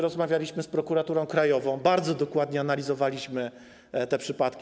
Rozmawialiśmy z prokuraturą krajową, bardzo dokładnie analizowaliśmy przypadki.